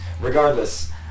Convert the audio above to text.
Regardless